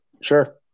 Sure